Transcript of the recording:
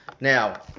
Now